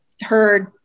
heard